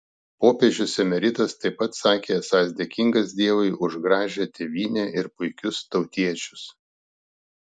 popiežius emeritas taip pat sakė esąs dėkingas dievui už gražią tėvynę ir puikius tautiečius